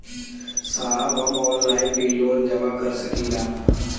साहब हम ऑनलाइन भी लोन जमा कर सकीला?